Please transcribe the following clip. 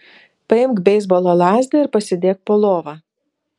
paimk beisbolo lazdą ir pasidėk po lova